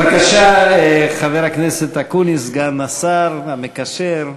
בבקשה, חבר הכנסת אקוניס, סגן השר המקשר,